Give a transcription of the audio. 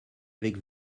avec